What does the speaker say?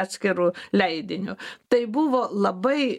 atskiru leidiniu tai buvo labai